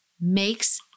makes